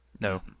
no